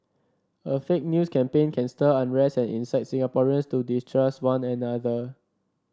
a fake news campaign can stir unrest and incite Singaporeans to distrust one another